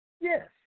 Yes